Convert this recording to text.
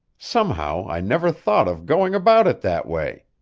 somehow, i never thought of going about it that way.